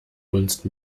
dunst